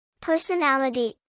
Personality